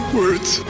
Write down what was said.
words